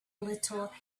little